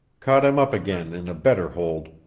caught him up again in a better hold,